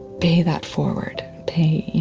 pay that forward. pay,